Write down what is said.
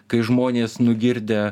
kai žmonės nugirdę